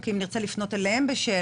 כי אם נרצה לפנות אליהם בשאלות,